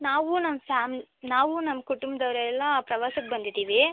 ನಾವು ನಮ್ಮ ಫ್ಯಾಮಿ ನಾವು ನಮ್ಮ ಕುಟುಂಬದವ್ರೆಲ್ಲ ಪ್ರವಾಸಕ್ಕೆ ಬಂದಿದ್ದೀವಿ